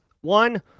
One